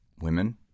Women